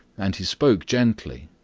and he spoke gently,